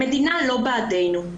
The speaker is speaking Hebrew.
המדינה לא בעדנו.